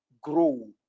grow